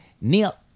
Neil